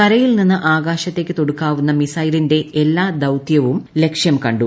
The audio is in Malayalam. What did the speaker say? കരയിൽ നിന്ന് ആകാശത്തേക്ക് തൊടുക്കാവുന്ന മിസൈലിന്റെ എല്ലാ ദൌതൃവും ലക്ഷ്യം കണ്ടു